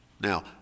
Now